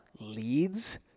leads